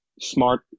Smart